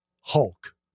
Hulk